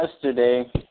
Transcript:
yesterday